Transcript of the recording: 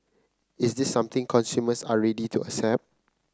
is this something consumers are ready to accept